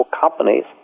companies